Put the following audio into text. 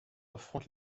affronte